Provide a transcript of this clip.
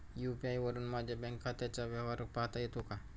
UPI वरुन माझ्या bank खात्याचा व्यवहार पाहता येतो का?